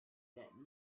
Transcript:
that